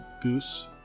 Goose